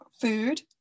food